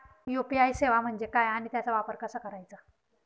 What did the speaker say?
UPI सेवा म्हणजे काय आणि त्याचा वापर कसा करायचा?